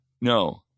No